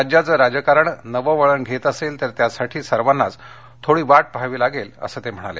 राज्याचं राजकारण नवं वळण घेत असेल तर त्यासाठी सर्वांनाच थोडी वाट पाहावी लागेल असं ठाकरे म्हणाले